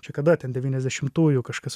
čia kada ten devyniasdešimtųjų kažkas